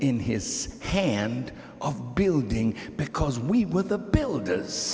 in his hand of building because we with the builder